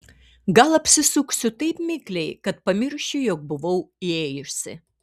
gal apsisuksiu taip mikliai kad pamiršiu jog buvau įėjusi